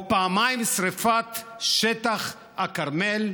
או פעמיים שרפת שטח הכרמל.